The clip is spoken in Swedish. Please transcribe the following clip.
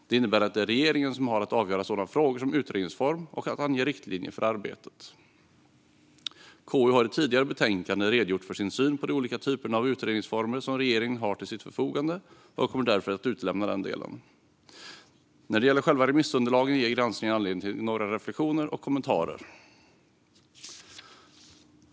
Det innebär att regeringen har att avgöra frågor som utredningsform och att ange riktlinjer för arbetet. KU har i tidigare betänkanden redogjort för sin syn på de olika typer av utredningsformer som regeringen har till sitt förfogande, och jag kommer därför att utelämna den delen. När det gäller själva remissunderlagen ger granskningen anledning till några reflektioner och kommentarer.